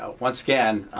ah once again,